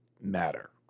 matter